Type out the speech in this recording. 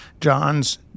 John's